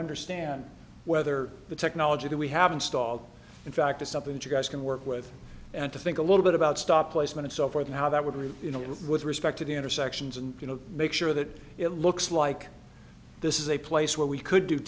understand whether the technology that we have installed in fact is something that you guys can work with and to think a little bit about stop placement so forth and how that would really you know with respect to the intersections and you know make sure that it looks like this is a place where we could do